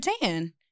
tan